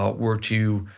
ah we're to